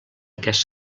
aquest